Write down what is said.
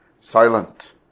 silent